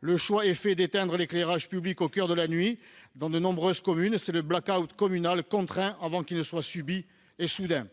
Le choix est fait d'éteindre l'éclairage public au coeur de la nuit dans de nombreuses communes ; c'est un blackout communal contraint, avant qu'il ne soit subi et soudain. À Sénas,